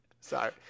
Sorry